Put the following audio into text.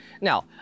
Now